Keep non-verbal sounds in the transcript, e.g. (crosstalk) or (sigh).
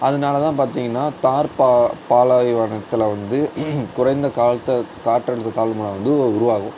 அதனால் தான் பார்த்திங்கன்னா தார் பாலை வனத்தில் வந்து குறைந்த காத்த காற்றழுத்த தாழ்வு (unintelligible) வந்து உருவாகும்